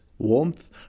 Warmth